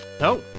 No